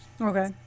Okay